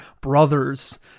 brothers